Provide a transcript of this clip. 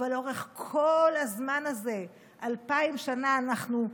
אבל לאורך כל הזמן הזה, אלפיים שנה, אנחנו ידענו,